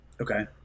Okay